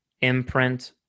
imprint